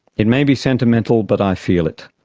it may be sentimental but i feel it.